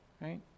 right